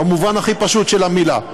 במובן הכי פשוט של המילה,